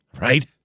right